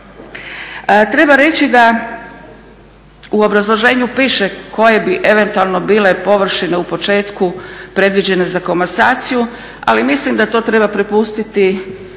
Treba reći da u obrazloženju piše koje bi eventualno bile površine u početku predviđene za komasaciju, ali mislim da to treba prepustiti